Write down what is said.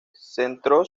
centró